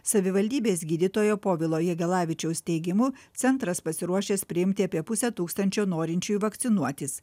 savivaldybės gydytojo povilo jagelavičiaus teigimu centras pasiruošęs priimti apie pusę tūkstančio norinčiųjų vakcinuoti